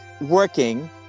working